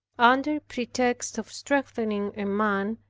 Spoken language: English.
under pretext of strengthening a man,